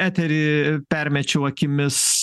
eterį permečiau akimis